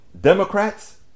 Democrats